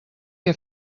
què